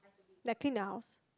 lappy nouns